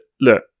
look